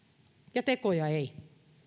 ja tekoja ei